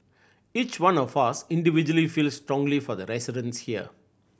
each one of us individually feels strongly for the residents here